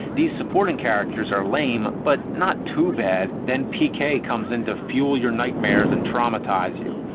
these supporting characters are lame, but not too bad, then pk comes in to fuel your nightmares and traumatize you.